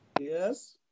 Yes